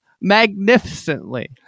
magnificently